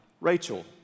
Rachel